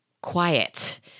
quiet